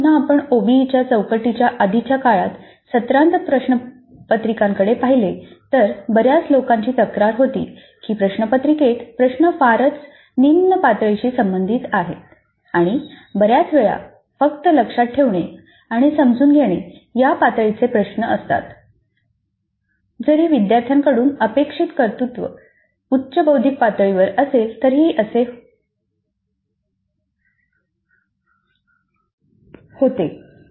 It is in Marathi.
खरं तर पुन्हा आपण ओबीई चौकटीच्या आधीच्या काळात सत्रांत प्रश्नपत्रिकांकडे पाहिले तर बऱ्याच लोकांची तक्रार होती की प्रश्नपत्रिकेत प्रश्न फारच निम्न पातळीशी संबंधित आणि काहीवेळा फक्त लक्षात ठेवणे आणि समजून घेणे या पातळीचे प्रश्न असतात जरी विद्यार्थ्यांकडून अपेक्षित कर्तृत्व उच्च बौद्धिक पातळीवरअसेल तरीही असे होते